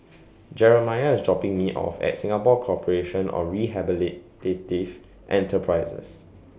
Jeremiah IS dropping Me off At Singapore Corporation of Enterprises